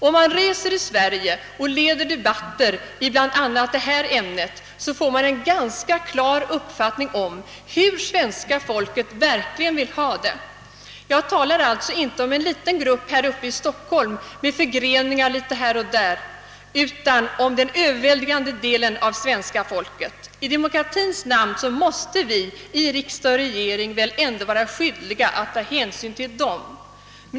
Om man reser i Sverige och leder debatter i bland annat detta ämne, får man en ganska klar uppfattning om hur svenska folket verkligen vill ha det. Jag talar alltså här inte om en liten grupp i Stockholm med förgreningar litet här och var utan om den överväldigande majoriteten av svenska folket. I demokratins namn måste vi i riksdag och regering väl ändå vara skyldiga att ta hänsyn till dem!